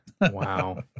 Wow